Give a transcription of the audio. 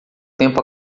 tempo